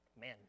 Man